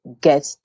get